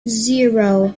zero